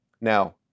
Now